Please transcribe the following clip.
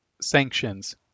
sanctions